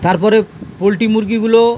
তারপরে পোলট্রি মুরগিগুলো